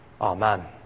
Amen